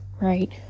right